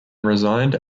resigned